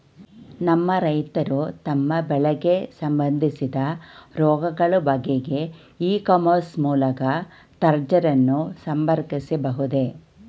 ನಮ್ಮ ರೈತರು ತಮ್ಮ ಬೆಳೆಗೆ ಸಂಬಂದಿಸಿದ ರೋಗಗಳ ಬಗೆಗೆ ಇ ಕಾಮರ್ಸ್ ಮೂಲಕ ತಜ್ಞರನ್ನು ಸಂಪರ್ಕಿಸಬಹುದೇ?